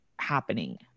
happening